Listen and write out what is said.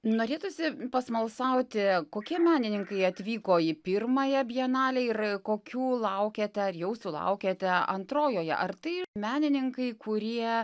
norėtųsi pasmalsauti kokie menininkai atvyko į pirmąją bienalę ir kokių laukiate ar jau sulaukėte antrojoje ar tai menininkai kurie